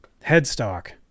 headstock